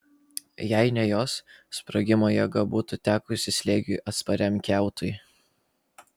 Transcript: jei ne jos sprogimo jėga būtų tekusi slėgiui atspariam kiautui